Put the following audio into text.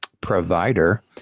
provider